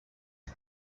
him